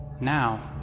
now